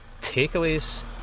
Takeaways